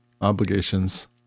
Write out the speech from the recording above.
Obligations